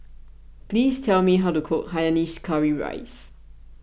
please tell me how to cook Hainanese Curry Rice